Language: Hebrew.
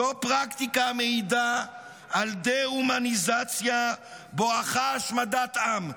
זו פרקטיקה המעידה על דה-הומניזציה בואך השמדת עם.